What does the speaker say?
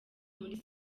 muri